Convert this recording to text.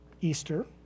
Easter